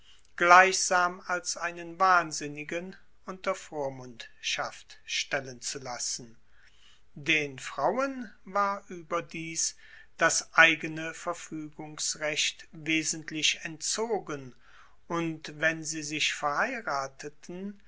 gleichsam als einen wahnsinnigen unter vormundschaft stellen zu lassen den frauen war ueberdies das eigene verfuegungsrecht wesentlich entzogen und wenn sie sich verheirateten